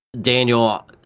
Daniel